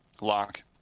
lock